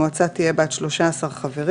המועצה הציבורית); המועצה תהיה בת שלושה עשר חברים,